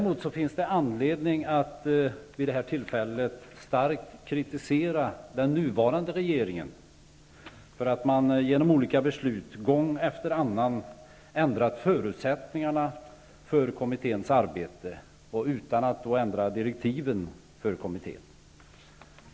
Men det finns anledning att starkt kritisera den nuvarande regeringen för att man genom olika beslut gång efter annan ändrat förutsättningarna för kommitténs arbete, utan att ändra direktiven för kommittén.